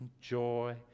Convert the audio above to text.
joy